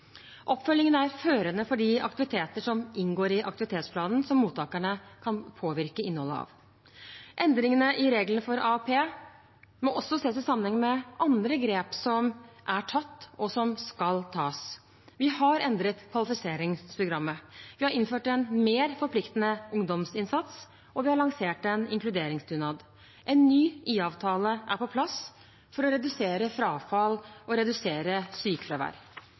Oppfølgingen er førende for de aktivitetene som inngår i aktivitetsplanen, og som mottakerne kan påvirke innholdet av. Endringene i reglene for AAP må også ses i sammenheng med andre grep som er tatt, og som skal tas: Vi har endret kvalifiseringsprogrammet, vi har innført en mer forpliktende ungdomsinnsats, og vi har lansert en inkluderingsdugnad. En ny IA-avtale er på plass for å redusere frafall og redusere sykefravær.